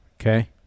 Okay